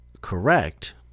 correct